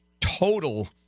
total